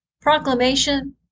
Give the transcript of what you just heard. proclamation